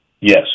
Yes